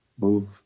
move